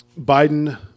Biden